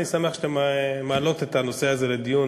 אני שמח שאתן מעלות את הנושא הזה לדיון,